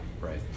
right